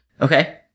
Okay